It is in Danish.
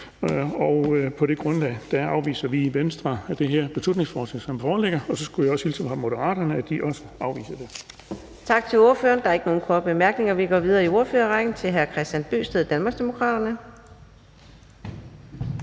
på det grundlag afviser vi i Venstre det her beslutningsforslag, som det foreligger. Så skulle jeg også hilse fra Moderaterne og sige, at de også afviser det.